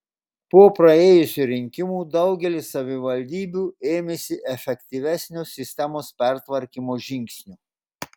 po praėjusių rinkimų daugelis savivaldybių ėmėsi efektyvesnio sistemos pertvarkymo žingsnių